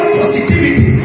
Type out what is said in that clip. positivity